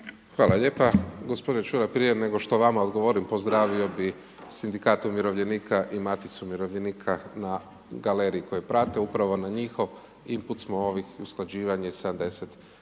Hvala lijepo g. Čuraj, prije nego što vama odgovorim, pozdravio bi Sindikat umirovljenika i Maticu umirovljenika na galeriji koji prate, upravo na njihov input smo usklađivanje sa 10,